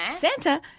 Santa